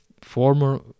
former